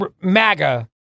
MAGA